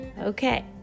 okay